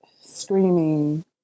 screaming